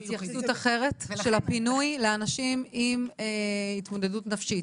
התייחסות אחרת של הפינוי לאנשים עם התמודדות נפשית.